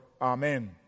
Amen